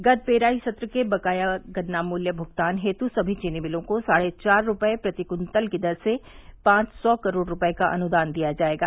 गत पेराई सत्र के बकाया गन्ना मूल्य भुगतान हेतु सभी चीनी मिलों को साढ़े चार रूपये प्रति कृत्तल की दर से पांच सी करोड़ रूपये का अनुदान दिया जायेगा